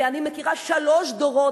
ואני מכירה שלושה דורות,